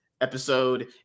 episode